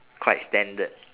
quite standard